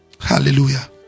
Hallelujah